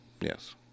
Yes